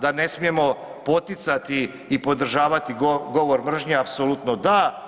Da ne smijemo poticati i podržavati govor mržnje apsolutno da.